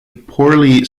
poorly